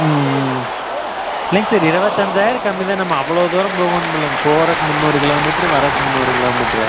ம் ம் இல்லைங்க சார் இருபத்தஞ்சாயிரம் கம்மி தான் நம்ம அவ்வளோ தூரம் போகணுமுல்ல போகிறதுக்கு முந்நூறு கிலோ மீட்ரு வரதுக்கு முந்நூறு கிலோ மீட்ரு